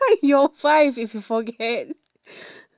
i'm your wife if you forget